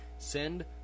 send